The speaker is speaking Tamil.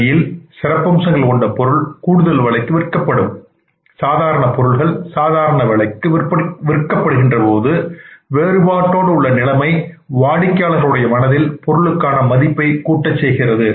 சந்தையில் சிறப்பம்சங்கள் கொண்ட பொருள் கூடுதல் விலைக்கும் சாதாரண பொருள் சாதாரண விலைக்கும் விற்கப்படுகின்ற வேறுபாடு நிலைமை வாடிக்கையாளர் மனதில் பொருளுக்கான மதிப்பை கூட்டச்செய்கிறது